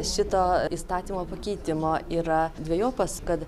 šito įstatymo pakeitimo yra dvejopas kad